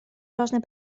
должны